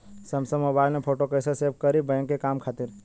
Samsung mobile में photo कैसे save करीं बैंक के काम खातिर?